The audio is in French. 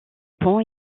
pont